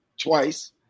twice